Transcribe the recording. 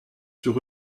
sur